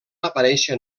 aparèixer